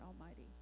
Almighty